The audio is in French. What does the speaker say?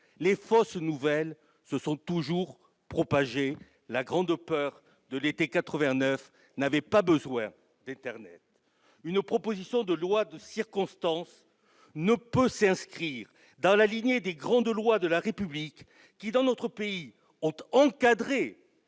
Les fausses nouvelles se sont toujours propagées. La grande peur de l'été 1789 n'avait pas besoin d'internet. Une proposition de loi de circonstance ne peut s'inscrire dans la lignée des grandes lois de la III République, celles des années